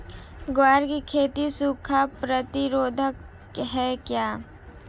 ग्वार की खेती सूखा प्रतीरोधक है क्या?